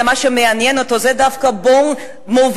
מה שמעניין אותו זה דווקא mauvais ton,